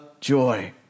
joy